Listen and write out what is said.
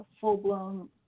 full-blown